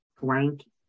blank